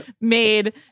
made